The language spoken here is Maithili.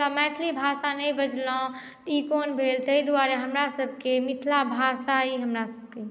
आओर मैथिली भाषा नहि बाजलहुॅं तऽ ई कोन भेल ताहि दुआरे हमरा सब के मिथिला भाषा अइ हमरासब के